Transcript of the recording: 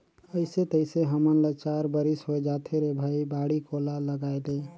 अइसे तइसे हमन ल चार बरिस होए जाथे रे भई बाड़ी कोला लगायेले